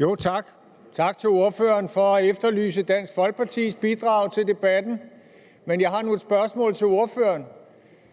og tak til ordføreren for at efterlyse Dansk Folkepartis bidrag til debatten. Men jeg har nu et spørgsmål til ordføreren: